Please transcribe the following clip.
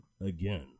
again